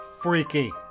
freaky